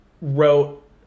Wrote